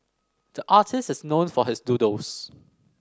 the artist is known for his doodles